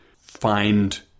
find